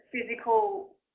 physical